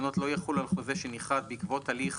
והתקנות לא יחולו על חוזה שנכרת בעקבות הליך